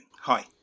Hi